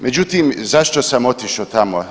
Međutim, zašto sam otišao tamo?